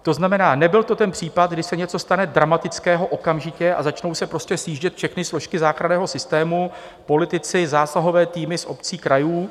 To znamená, nebyl to ten případ, kdy se něco stane dramatického okamžitě a začnou se sjíždět všechny složky záchranného systému, politici, zásahové týmy z obcí, krajů.